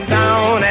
down